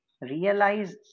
realize